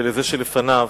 ולזה שלפניו,